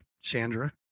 Sandra